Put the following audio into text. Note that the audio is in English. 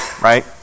right